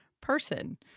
person